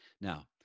Now